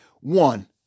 one